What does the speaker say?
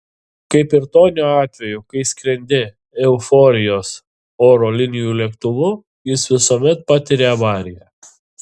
kaip ir tonio atveju kai skrendi euforijos oro linijų lėktuvu jis visuomet patiria avariją